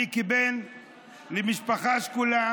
אני, כבן למשפחה שכולה